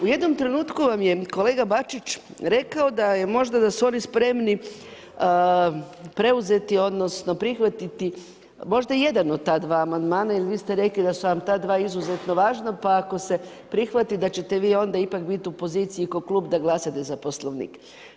U jednom trenutku vam je kolega Bačić rekao da je možda da su oni spremni preuzeti, odnosno prihvatiti možda jedan od ta dva amandmana jer vi ste rekli da su vam ta dva izuzetno važna, pa ako se prihvati da ćete vi onda ipak biti u poziciji kao klub da glasate za poslovnik.